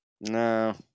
no